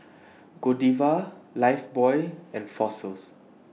Godiva Lifebuoy and Fossils